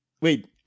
Wait